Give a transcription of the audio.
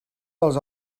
dels